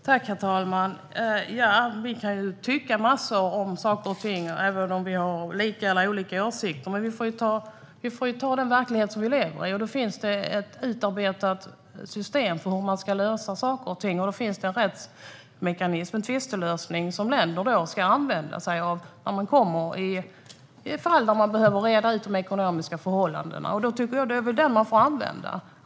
Herr talman! Ja, vi kan tycka massor om saker och ting, även om vi har lika eller olika åsikter. Men vi får ju ta den verklighet som vi lever i. Det finns ett utarbetat system för hur man ska lösa saker och ting. Det finns en rättsmekanism, en tvistlösning, som länder ska använda sig av i fall där man behöver reda ut de ekonomiska förhållandena. Då tycker jag att man får använda den.